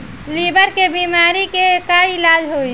Liver के बीमारी के का इलाज होई?